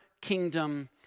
kingdom